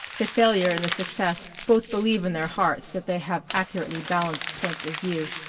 the failure and the success both believe in their hearts that they have accurately balanced points of view,